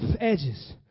edges